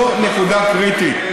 זו נקודה קריטית.